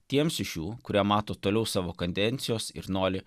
tiems iš jų kurie mato toliau savo kadencijos ir nori